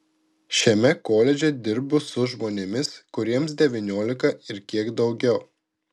šiame koledže dirbu su žmonėmis kuriems devyniolika ir kiek daugiau